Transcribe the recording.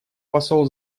посол